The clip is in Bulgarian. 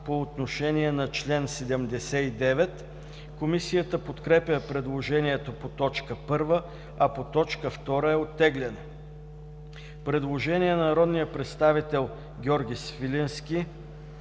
по отношение на чл. 79. Комисията подкрепя предложението по т. 1, а по т. 2 е оттеглено. Предложение на народния представител Георги Свиленски.